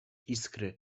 iskry